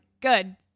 good